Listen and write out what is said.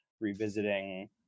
revisiting